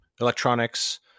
electronics